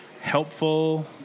helpful